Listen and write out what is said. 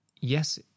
yes